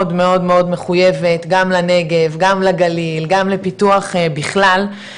מאוד מחויבת גם לנגב גם לגליל גם לפיתוח בכלל,